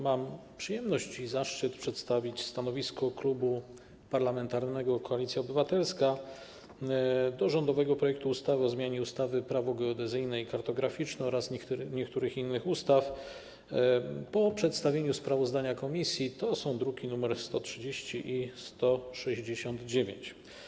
Mam przyjemność i zaszczyt przedstawić stanowisko Klubu Parlamentarnego Koalicja Obywatelska wobec rządowego projektu ustawy o zmianie ustawy - Prawo geodezyjne i kartograficzne oraz niektórych innych ustaw po przedstawieniu sprawozdania komisji, druki nr 130 i 169.